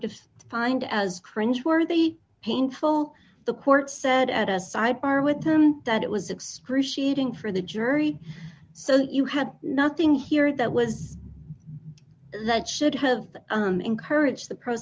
to find as cringeworthy painful the court said at a sidebar with them that it was excruciating for the jury so you had nothing here that was that should have encouraged the p